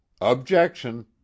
Objection